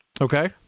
Okay